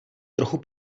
trochu